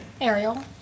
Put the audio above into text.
Ariel